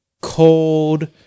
cold